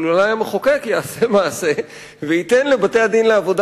אבל אולי המחוקק יעשה מעשה וייתן לבתי-הדין לעבודה